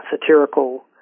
satirical